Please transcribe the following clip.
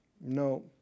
no